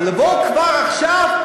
אבל לבוא כבר עכשיו,